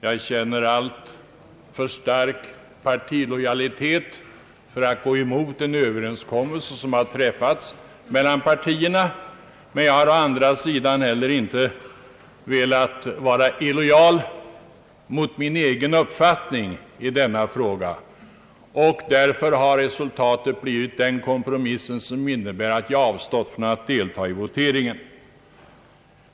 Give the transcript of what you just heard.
Jag känner alltför stark partilojalitet för att gå emot en överenskommelse som har träffats mellan partierna, men jag har å andra sidan heller inte velat vara illojal mot min egen uppfattning i denna fråga. Därför har resultatet blivit den kompromiss som innebär att jag har avstått från att delta i voteringen.